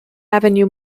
avenue